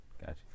Gotcha